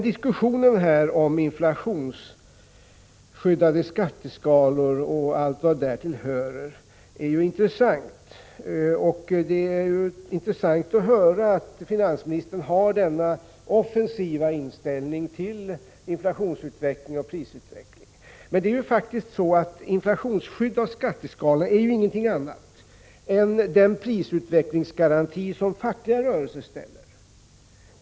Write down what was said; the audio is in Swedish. Diskussionen om inflationsskyddade skatteskalor och allt vad därtill hörer är ju intressant, och det är intressant att höra att finansministern har denna offensiva inställning till inflation och prisutveckling. Men inflationsskydd av skatteskalor är faktiskt ingenting annat än en form av prisutvecklingsgaranti som den fackliga rörelsen kräver.